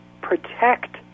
protect